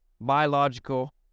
biological